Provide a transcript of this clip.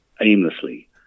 aimlessly